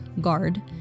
guard